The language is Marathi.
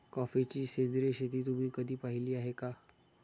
कॉफीची सेंद्रिय शेती तुम्ही कधी पाहिली आहे का?